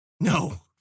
No